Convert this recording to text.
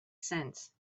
sense